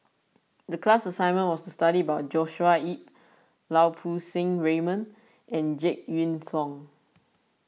the class assignment was to study about Joshua Ip Lau Poo Seng Raymond and Jek Yeun Thong